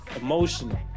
Emotional